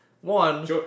one